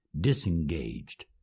disengaged